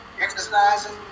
exercising